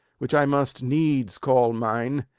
which i must needs call mine.